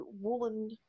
woolen